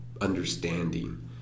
understanding